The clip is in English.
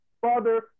father